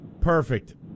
Perfect